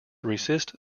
resist